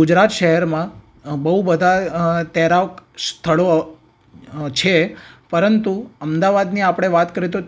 ગુજરાત શહેરમાં બહુ બધા તૈરાક સ્થળો છે પરંતુ અમદાવાદની આપણે વાત કરીએ તો